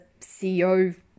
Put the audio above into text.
CEO